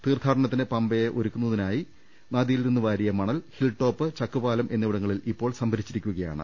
തീർത്ഥാടനത്തിന് പമ്പയെ ഒരുക്കുന്നതിനായി നദി യിൽ നിന്നും വാരിയ മണൽ ഹിൽടോപ്പ് ചക്കുപാലം എന്നിവിട ങ്ങളിൽ ഇപ്പോൾ സംഭരിച്ചിരിക്കുകയാണ്